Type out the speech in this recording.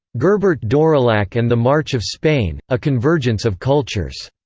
gerbert d'aurillac and the march of spain a convergence of cultures